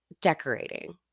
decorating